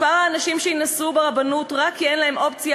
מספר האנשים שיינשאו ברבנות רק כי אין להם אופציה